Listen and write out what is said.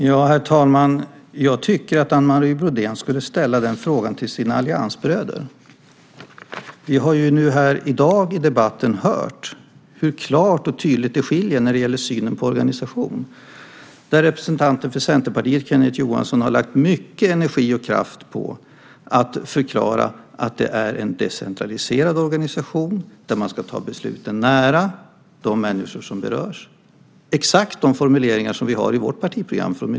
Herr talman! Jag tycker att Anne Marie Brodén skulle ställa den frågan till sina alliansbröder. Vi har i debatten här i dag hört hur tydligt man skiljer sig åt i synen på organisation. Representanten för Centerpartiet, Kenneth Johansson, har lagt mycket energi och kraft på att förklara att det är en decentraliserad organisation där man ska ta besluten nära de människor som berörs. Det är exakt de formuleringar som vi i Miljöpartiet har i vårt partiprogram.